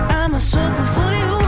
i'm a sucker for you